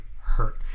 hurt